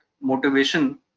motivation